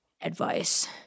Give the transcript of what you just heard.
advice